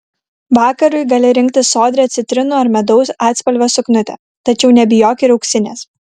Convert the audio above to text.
vakarui gali rinktis sodrią citrinų ar medaus atspalvio suknutę tačiau nebijok ir auksinės